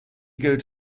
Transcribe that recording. gilt